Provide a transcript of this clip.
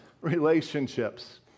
relationships